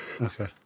Okay